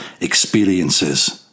experiences